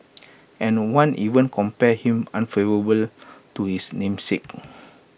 and one even compared him unfavourably to his namesake